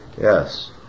Yes